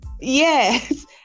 Yes